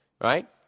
right